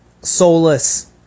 soulless